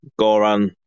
Goran